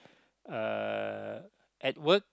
uh at work